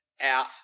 out